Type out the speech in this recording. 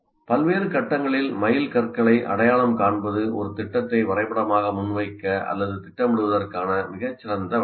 பல்வேறு கட்டங்களில் மைல்கற்களை அடையாளம் காண்பது ஒரு திட்டத்தை வரைபடமாக முன்வைக்க அல்லது திட்டமிடுவதற்கான மிகச் சிறந்த வழியாகும்